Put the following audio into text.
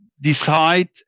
decide